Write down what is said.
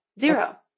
zero